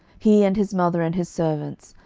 he, and his mother, and his servants,